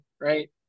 Right